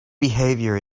behavior